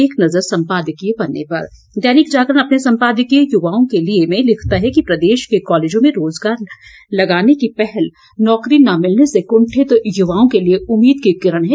एक नज़र सम्पादकीय पन्ने पर दैनिक जागरण अपने संपादकीय युवाओं के लिए में लिखता है कि प्रदेश के कॉलेजों में रोजगार लगाने की पहल नौकरी न मिलने से कुंठित युवाओं के लिए उम्मीद की किरण है